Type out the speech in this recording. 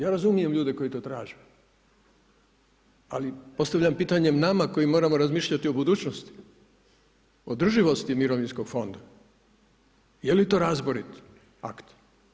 Ja razumijem ljude koji to traže, ali postavljam pitanje nama koji moramo razmišljati o budućnosti, održivosti mirovinskog fonda, je li to razborit akt.